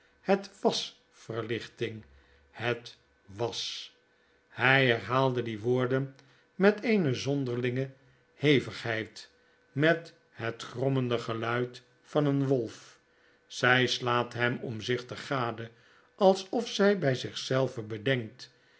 het was verlichting hetwas hjj nerhaalde die woorden met eene zonderlinge hevigheid met het grommende geluid van een wolf zy slaat hem omzichtig gade alsof zy bij zich zelve bedenkt